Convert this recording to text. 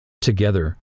Together